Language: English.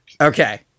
Okay